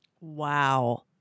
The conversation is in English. Wow